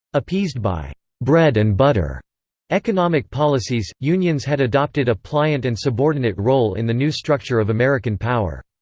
appeased by bread and butter economic policies, unions had adopted a pliant and subordinate role in the new structure of american power.